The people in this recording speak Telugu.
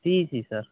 CEC sir